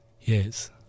Yes